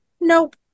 nope